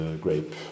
grape